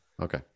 Okay